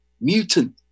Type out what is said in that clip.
mutant